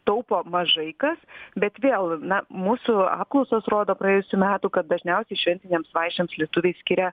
taupo mažai kas bet vėl na mūsų apklausos rodo praėjusių metų kad dažniausiai šventinėms vaišėms lietuviai skiria